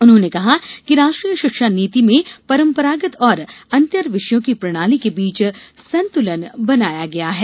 उन्होंने कहा कि राष्ट्रीय शिक्षा नीति में परम्परागत और अंतर विषयों की प्रणाली के बीच संतुलन बनाया गया है